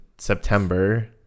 September